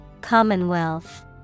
commonwealth